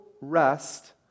rest